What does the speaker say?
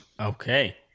Okay